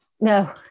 No